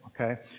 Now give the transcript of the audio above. okay